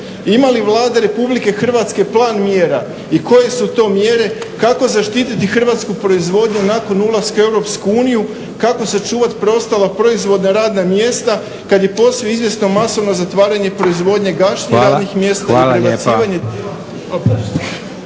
Ima li Vlada RH plan mjera i koje su to mjere kako zaštiti hrvatsku proizvodnju nakon ulaska u EU, kako sačuvati preostala proizvodna radna mjesta, kad je posve izvjesno masovno zatvaranje proizvodnje i kašnjenje mjesta i prebacivanje…